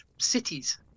cities